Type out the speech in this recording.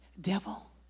devil